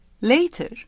Later